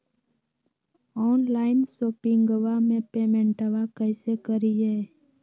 Online शोपिंगबा में पेमेंटबा कैसे करिए?